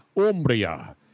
Umbria